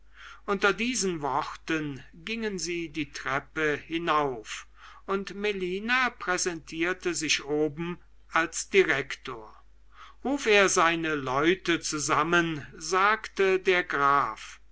unter diesen worten gingen sie die treppe hinauf und melina präsentierte sich oben als direktor ruf er seine leute zusammen sagte der graf